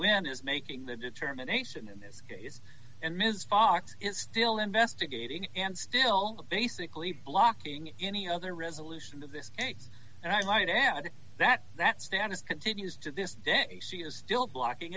when is making the determination in this and ms fox is still investigating and still basically blocking any other resolution to this and i might add that that status continues to this day she is still blocking